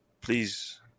please